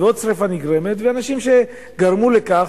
נגרמת, ועוד שרפה נגרמת, ואנשים שגרמו לכך,